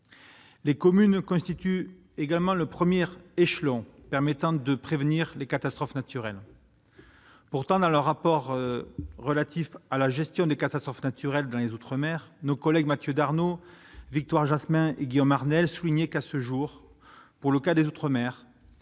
Les communes constituent le premier échelon de prévention des catastrophes naturelles. Pourtant, dans leur rapport relatif à la gestion des catastrophes naturelles dans les outre-mer, nos collègues Mathieu Darnaud, Victoire Jasmin et Guillaume Arnell soulignaient que, à ce jour, seules trois